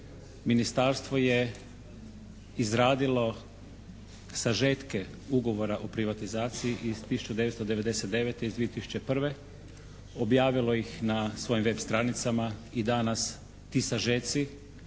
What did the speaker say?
ministarstvo je izradilo sažetke ugovora o privatizaciji iz 1999. i 2001., objavilo ih na svojim web stranicama i danas ti sažeci